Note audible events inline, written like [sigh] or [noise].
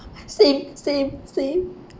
[laughs] same same same